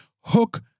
hook